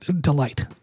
delight